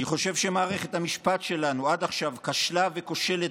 אני חושב שמערכת המשפט שלנו עד עכשיו כשלה וכושלת